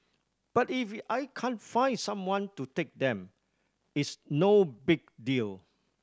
but if I can't find someone to take them it's no big deal